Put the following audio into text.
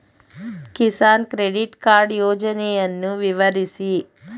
Kisan credit card ಯೋಜನೆಯನ್ನು ವಿವರಿಸಿ?